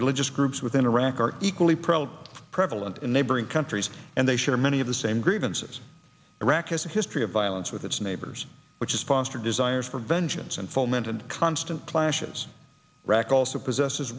religious groups within iraq are equally pro prevalent in neighboring countries and they share many of the same grievances iraq has a history of violence with its neighbors which is sponsored desires for vengeance and foment and constant clashes rock also possesses